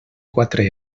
quatre